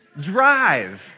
drive